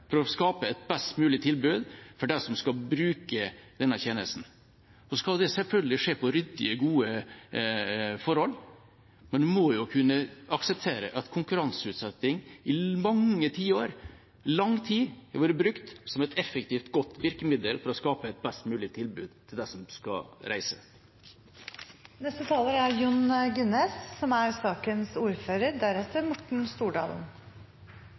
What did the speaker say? for å skape et best mulig tilbud for dem som skal bruke denne tjenesten? Så skal det selvfølgelig skje under ryddige, gode forhold. Men man må kunne akseptere at konkurranseutsetting i mange tiår, i lang tid, har vært brukt som et effektivt, godt virkemiddel for å skape et best mulig tilbud til dem som skal reise. Når det gjelder virksomhetsoverdragelse, er